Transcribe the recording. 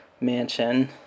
mansion